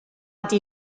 ydy